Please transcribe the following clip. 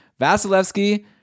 vasilevsky